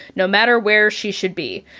no matter where she should be.